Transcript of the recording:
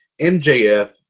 MJF